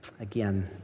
again